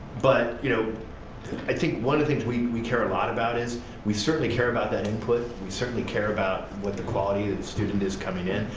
but you know i think one of the things we care a lot about is we certainly care about that input, we certainly care about what the quality of the student is coming in,